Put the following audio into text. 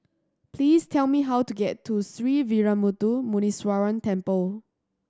please tell me how to get to Sree Veeramuthu Muneeswaran Temple